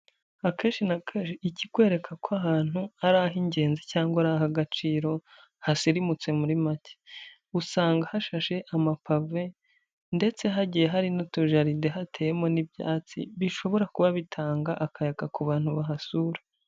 Akenshi na kenshi ikikwereka ko ahantu, ari ah'ingenzi cyangwa ari ahagaciro hasirimutse muri make usanga hashashe amapave ndetse hagiye hari n'utujaride, hateyemo n'ibyatsi bishobora kuba bitanga akayaga ku bantu bahasura.